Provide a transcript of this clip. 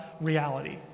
reality